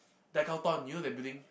Decathlon you knew the building